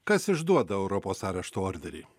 kas išduoda europos arešto orderį